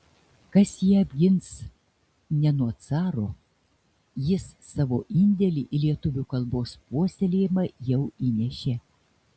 kas ją apgins ne nuo caro jis savo indėlį į lietuvių kalbos puoselėjimą jau įnešė